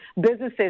businesses